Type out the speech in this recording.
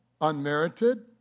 Unmerited